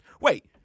Wait